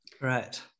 Right